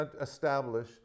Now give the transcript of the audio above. establish